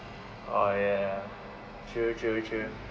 orh ya true true true